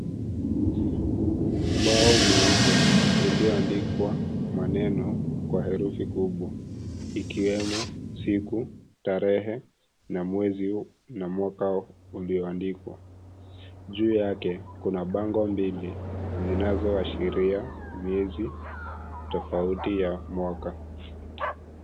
Ubao mweupe ulio andikwa, maneno, kwa herufi kubwa, ikiwemo siku, tarehe, na mwezi, na mwaka ulio andikwa, juu yake, kuna bango mbili, zinazo ashiria miezi, tofauti ya mwaka.